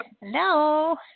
Hello